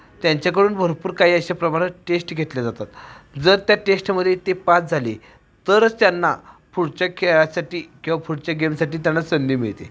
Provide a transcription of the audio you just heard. त्यांच्याकडून भरपूर काही अशा प्रमाणात टेष्ट घेतल्या जातात जर त्या टेष्टमध्ये ते पास झाले तरच त्यांना पुढच्या खेळासाठी किंवा पुढच्या गेमसाठी त्याना संधी मिळते